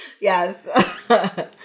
Yes